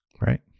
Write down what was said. right